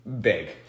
Big